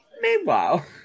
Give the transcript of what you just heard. meanwhile